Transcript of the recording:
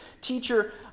Teacher